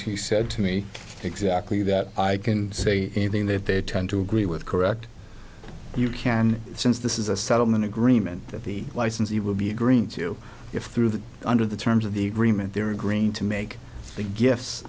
she said to me exactly that i can say anything that they tend to agree with correct you can since this is a settlement agreement that the licensee will be agreeing to you if through that under the terms of the agreement they were green to make the gifts